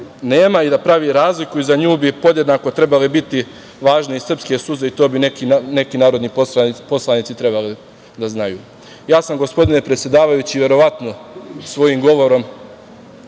i da pravi razliku i za nju bi podjednako trebale biti važne i srpske suze i to bi neki narodni poslanici trebalo da znaju. Gospodine predsedavajući, verovatno sam svojim govorom